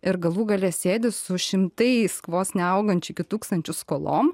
ir galų gale sėdi su šimtais vos neaugančių iki tūkstančių skolom